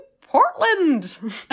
Portland